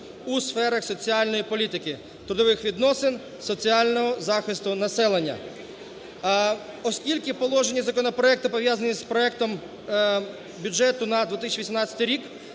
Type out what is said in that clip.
у сферах соціальної політики трудових відносин, соціального захисту населення". Оскільки положення законопроекту пов'язані з проектом бюджету на 2018 рік,